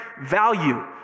value